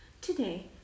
today